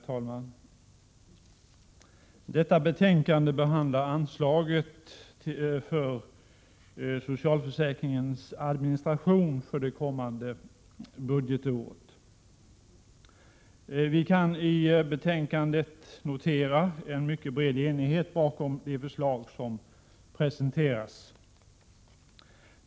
Herr talman! Detta betänkande behandlar anslaget för socialförsäkringens administration för det kommande budgetåret. Vi kan i betänkandet notera en mycket bred enighet bakom det förslag som presenteras.